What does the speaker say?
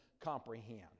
comprehend